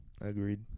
Agreed